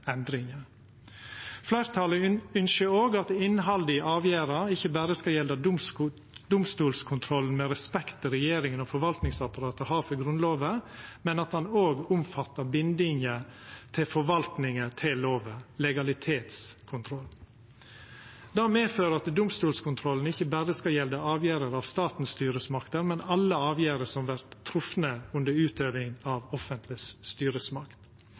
Fleirtalet ynskjer òg at innhaldet i avgjerda ikkje berre skal gjelda domstolskontrollen med respekta regjeringa og forvaltingsapparatet har for Grunnlova, men at det òg omfattar bindinga forvaltinga har til lova, legalitetskontrollen. Det medfører at domstolskontrollen ikkje berre skal gjelda avgjerder av staten sine styresmakter, men alle avgjerder som vert trefte under utøving av offentleg styresmakt.